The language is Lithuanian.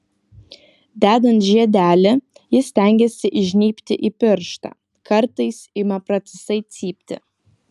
dedant žiedelį ji stengiasi įžnybti į pirštą kartais ima pratisai cypti